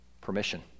permission